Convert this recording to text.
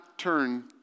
turn